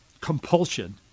compulsion